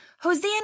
Hosanna